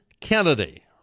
Kennedy